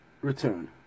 return